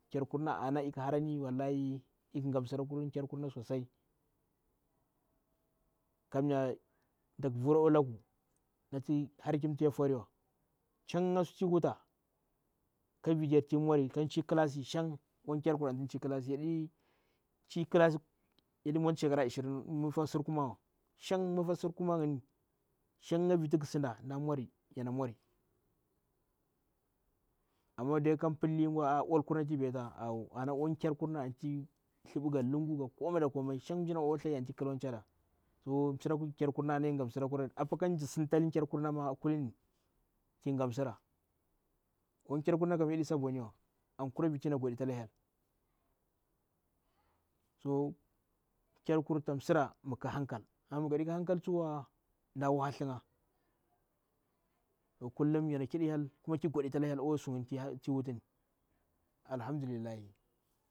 Keyr kurunna, ana ikh inarani kai wallahi ikhr ghamsira kur leerkurnna. Kmamye, tak vura akwa laku, shanga sutu chi wuta kaviti mwer ka viti chi classu, shan akwa kerkur anti chi klasi andi mwanti shakar ashir aidi mwanti mifah sikurmna mika sikumanghi shanga vitu gasuda dana mwani yana mwari. Amma kal pulli ngo alkurin baba. O kerkurma anti tsbrim ga languu ga komi da shanga mida ol ol tsthar iya anti kha kmada ana kerkurma ingamsirakwari igamsira. aa keirkurin yadi sa bowni wai so kerkus tamsiram ankura viti yana godita kerkus ta simpra mi gha ka hankal amma mi gaɗeka halkalwa mda wahal tsjzthnga. To kullum yana kiɗi hyel koki godetita hyel akva sungni tita hanki ni. Alhamdulillahi.